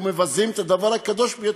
ומבזות את הדבר הקדוש ביותר,